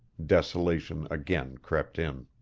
desolation again crept in.